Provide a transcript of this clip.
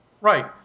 Right